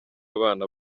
abana